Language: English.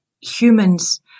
humans